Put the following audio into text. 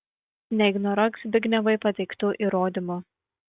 neignoruok zbignevui pateiktų įrodymų